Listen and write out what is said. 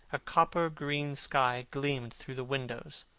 a copper-green sky gleamed through the windows.